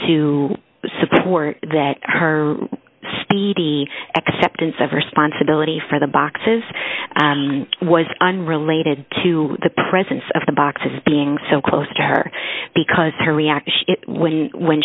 to support that her speedy acceptance of responsibility for the boxes was unrelated to the presence of the boxes being so close to her because her reaction when when